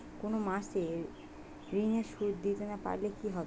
কোন মাস এ ঋণের সুধ দিতে না পারলে কি হবে?